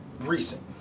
recent